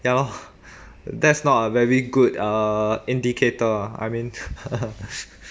ya lor that's not a very good err indicator lah I mean